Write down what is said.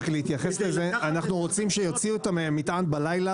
אנחנו רוצים שיוציאו את המטען בלילה